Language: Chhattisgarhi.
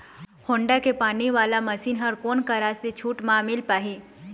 होण्डा के पानी वाला मशीन हर कोन करा से छूट म मिल पाही?